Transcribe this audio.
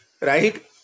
Right